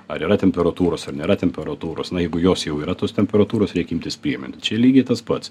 ar yra temperatūros ar nėra temperatūros na jeigu jos jau yra tos temperatūros reik imtis priemonių čia lygiai tas pats